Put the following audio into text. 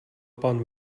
pan